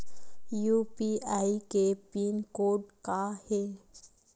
UPI के pin code का हे?